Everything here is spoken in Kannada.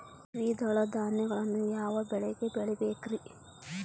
ದ್ವಿದಳ ಧಾನ್ಯಗಳನ್ನು ಯಾವ ಮಳೆಗೆ ಬೆಳಿಬೇಕ್ರಿ?